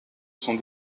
sont